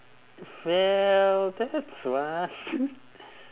well that's one